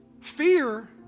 Fear